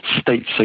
state